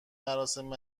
مراسم